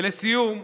ולסיום,